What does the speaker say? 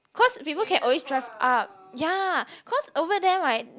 cause people can always drive up yeah cause over there right